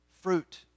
fruit